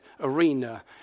arena